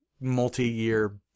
multi-year